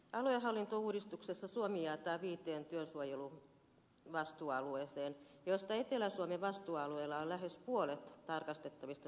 aluehallintouudistuksessa suomi jaetaan viiteen työsuojeluvastuualueeseen joista etelä suomen vastuualueella on lähes puolet tarkastettavista työpaikoista